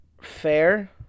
fair